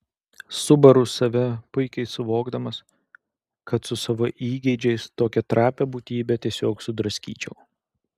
subaru save puikiai suvokdamas kad su savo įgeidžiais tokią trapią būtybę tiesiog sudraskyčiau